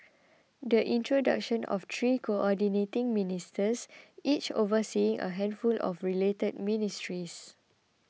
the introduction of three Coordinating Ministers each overseeing a handful of related ministries